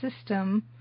system –